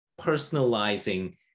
personalizing